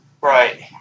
Right